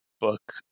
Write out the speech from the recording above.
book